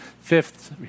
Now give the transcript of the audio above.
fifth